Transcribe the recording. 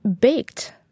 baked